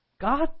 God